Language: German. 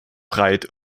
breit